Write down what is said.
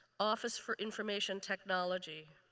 office for information technology.